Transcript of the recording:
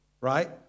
right